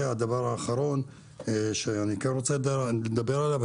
הדבר האחרון שאני כן רוצה לדבר עליו,